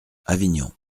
avignon